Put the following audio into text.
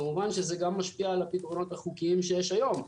כמובן זה גם משפיע על הפתרונות החוקיים שיש היום.